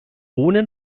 ohne